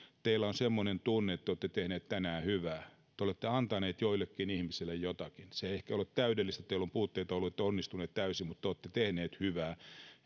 teillä on semmoinen tunne että te olette tehneet tänään hyvää te olette antaneet joillekin ihmisille jotakin se ei ehkä ole täydellistä teillä on puutteita ollut ette onnistuneet täysin mutta te olette tehneet hyvää